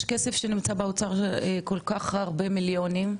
יש כסף שנמצא באוצר כל כך הרבה מיליונים,